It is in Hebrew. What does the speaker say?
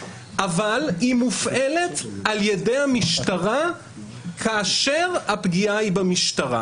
אבל זאת הסיטואציה שלה: בעידנא דריתחא כנגד פעולת אכיפה שנעשתה לו.